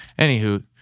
Anywho